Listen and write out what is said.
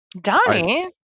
donnie